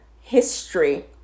history